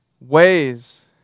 Ways